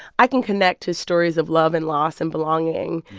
i can connect to stories of love and loss and belonging.